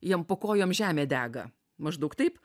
jam po kojom žemė dega maždaug taip